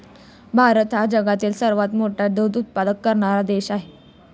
भारत हा जगातील सर्वात मोठा दूध उत्पादक देश आहे